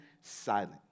silent